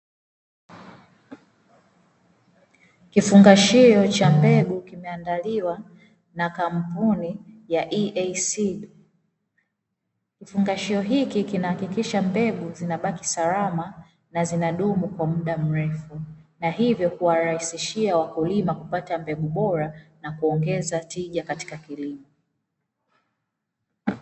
Kifungashio cha mbegu kimeandaliwa na kampuni ya EASEED, kifungashio hiki kinahakikisha mbegu zinabaki salama na zinadumu kwa muda mrefu na hivyo kuwarahisishia wakulima kupata mbegu bora na kuongeza tija katika kilimo.